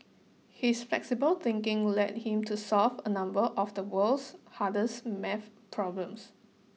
his flexible thinking led him to solve a number of the world's hardest math problems